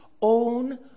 own